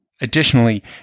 Additionally